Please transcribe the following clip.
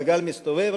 הגלגל מסתובב,